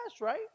right